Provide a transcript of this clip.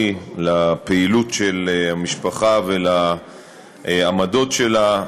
על הפעילות של המשפחה ועל העמדות שלה.